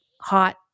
hot